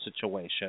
situation